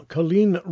Colleen